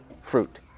fruit